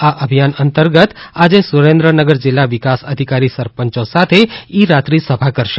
આ અભિયાન અંતર્ગત આજે સુરેન્દ્રનગર જિલ્લા વિકાસ અધિકારી સરપંચો સાથે ઈ રાત્રી સભા કરશે